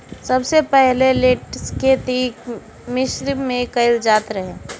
सबसे पहिले लेट्स के खेती मिश्र में कईल जात रहे